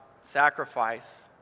sacrifice